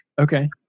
Okay